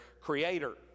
creator